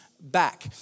back